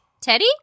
Teddy